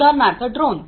उदाहरणार्थ ड्रोन